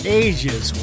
ages